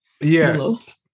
yes